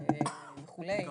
למשל